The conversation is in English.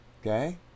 okay